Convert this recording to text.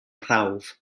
prawf